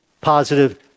positive